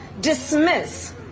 dismiss